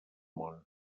món